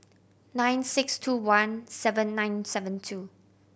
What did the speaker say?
nine six two one seven nine seven two